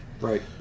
right